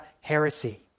heresy